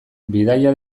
bidaia